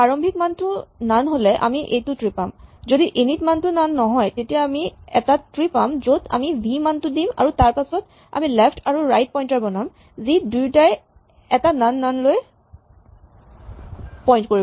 প্ৰাৰম্ভিক মানটো নন হ'লে আমি এইটো ট্ৰী পাম যদি ইনিট মানটো নন নহয় তেতিয়া আমি এটা ট্ৰী পাম য'ত আমি ভি মানটো দিম আৰু তাৰপাছত আমি লেফ্ট আৰু ৰাইট পইন্টাৰ বনাম যি দুয়োটাই এই নন নন লৈ পইন্ট কৰিব